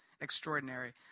extraordinary